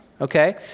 okay